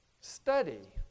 Study